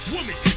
Woman